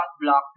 blocked